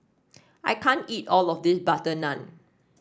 I can't eat all of this butter naan